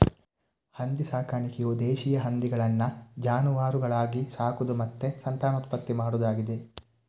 ಹಂದಿ ಸಾಕಾಣಿಕೆಯು ದೇಶೀಯ ಹಂದಿಗಳನ್ನ ಜಾನುವಾರುಗಳಾಗಿ ಸಾಕುದು ಮತ್ತೆ ಸಂತಾನೋತ್ಪತ್ತಿ ಮಾಡುದಾಗಿದೆ